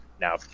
now